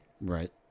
Right